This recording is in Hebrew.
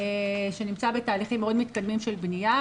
שנמצא בתהליכים מאוד מתקדמים של בניה,